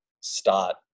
start